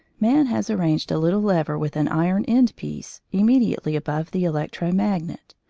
man has arranged a little lever with an iron end-piece immediately above the electro-magnet,